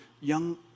young